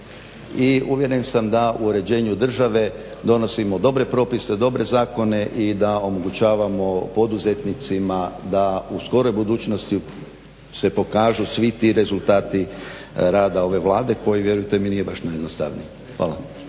i uvjeren sam da uređenju države donosimo dobre propise, dobre zakone i da omogućavamo poduzetnicima da u skoroj budućnosti se pokažu svi ti rezultati rada ove Vlade kojoj vjerujte mi nije baš najjednostavnije. Hvala.